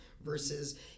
Versus